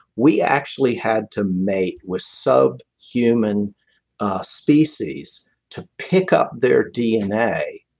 we actually had to mate with sub human ah species to pick up their dna